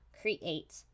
create